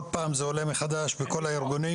כל פעם זה עולה מחדש בכל הארגונים.